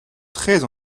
très